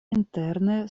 interne